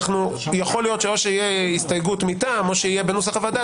שיכול להיות שאו שתהיה הסתייגות מטעם או שיהיה בנוסח הוועדה,